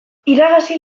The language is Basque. iragazi